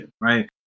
right